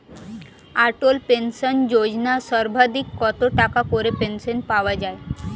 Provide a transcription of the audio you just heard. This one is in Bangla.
অটল পেনশন যোজনা সর্বাধিক কত টাকা করে পেনশন পাওয়া যায়?